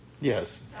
Yes